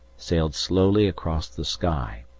sailed slowly across the sky.